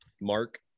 Mark